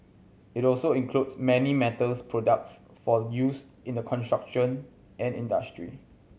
it also includes many metals products for use in the construction and industry